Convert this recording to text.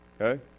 okay